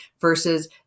versus